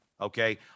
okay